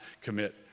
commit